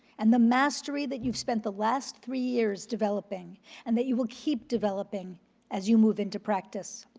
and the mastery that you've spent the last three years developing and that you will keep developing as you move into practice.